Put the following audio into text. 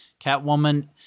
Catwoman